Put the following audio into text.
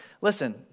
Listen